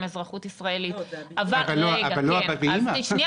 אזרחות ישראלים --- אבל לא אבא ואמא.